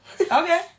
Okay